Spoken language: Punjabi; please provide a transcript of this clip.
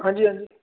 ਹਾਂਜੀ ਹਾਂਜੀ